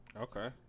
Okay